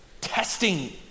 testing